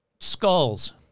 skulls